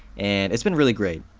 and it's been really great.